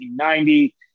1990